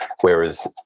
Whereas